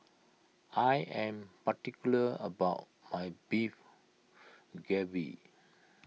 I am particular about my Beef Galbi